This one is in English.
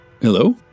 Hello